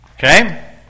Okay